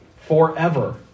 forever